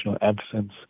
absence